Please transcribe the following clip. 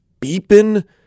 beeping